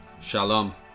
Shalom